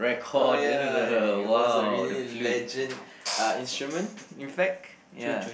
oh ya it was a really legend uh instrument in fact ya